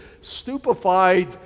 stupefied